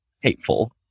hateful